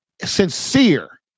sincere